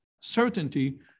certainty